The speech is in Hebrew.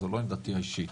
זו לא עמדתי האישית,